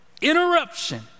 interruption